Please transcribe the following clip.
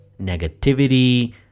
negativity